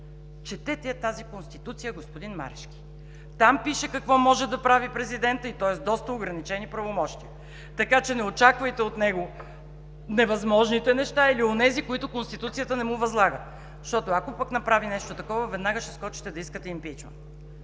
четете я тази Конституция, господин Марешки! Там пише какво може да прави президентът и той е с доста ограничени правомощия. Не очаквайте от него невъзможни неща или онези, които Конституцията не му възлага. Ако направи нещо такова, веднага ще скочите да искате импийчмънт,